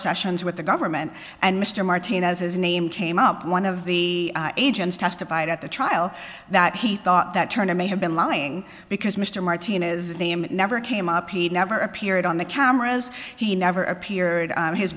sessions with the government and mr martinez's name came up one of the agents testified at the trial that he thought that turner may have been lying because mr martin is a name never came up he never appeared on the cameras he never appeared